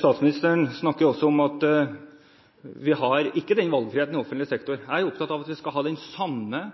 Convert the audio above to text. Statsministeren snakker også om at vi ikke har den valgfriheten i offentlig sektor. Jeg er opptatt av at vi skal ha den samme